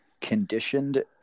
conditioned